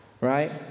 Right